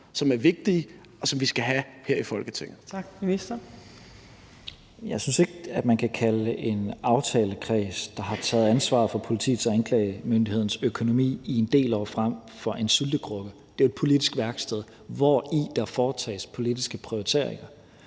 16:54 Justitsministeren (Mattias Tesfaye): Jeg synes ikke, man kan kalde en aftalekreds, der har taget ansvar for politiets og anklagemyndighedens økonomi i en del år frem, for en syltekrukke. Det er jo et politisk værksted, hvori der foretages politiske prioriteringer.